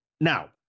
Now